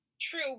true